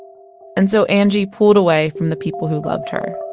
and so angie pulled away from the people who loved her.